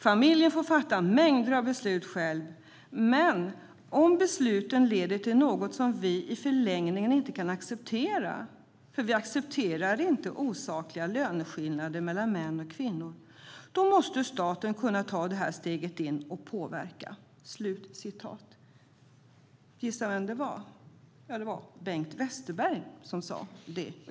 Familjen får fatta mängder av beslut själv men om besluten leder till något som vi i förlängningen inte kan acceptera, för vi accepterar inte osakliga löneskillnader mellan män och kvinnor, då måste staten kunna ta det här steget in och påverka." Gissa vem som skrev detta? Jo, det var Bengt Westerberg.